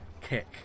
kick